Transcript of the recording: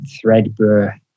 threadbare